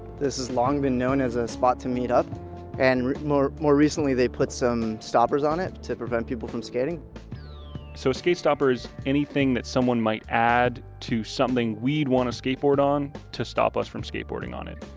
this is long been known as the ah spot to meet up and more more recently, they put some stoppers on it to prevent people from skating so skate stoppers, anything that someone might add to something we'd want to skateboard on, to stop us from skateboarding on it.